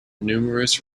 numerous